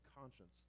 conscience